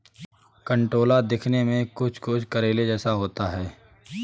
कंटोला दिखने में कुछ कुछ करेले जैसा होता है